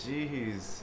Jeez